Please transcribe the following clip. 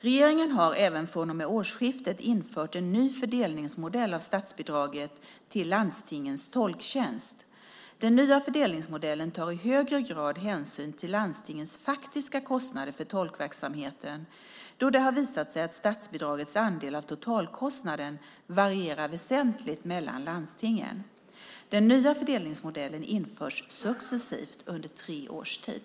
Regeringen har även från och med årsskiftet infört en ny fördelningsmodell av statsbidraget till landstingens tolktjänst. Den nya fördelningsmodellen tar i högre grad hänsyn till landstingens faktiska kostnader för tolkverksamheten eftersom det har visat sig att statsbidragets andel av totalkostnaden varierar väsentligt mellan landstingen. Den nya fördelningsmodellen införs successivt under tre års tid.